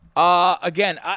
Again